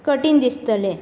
कठीण दिसतलें